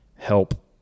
help